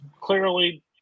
Clearly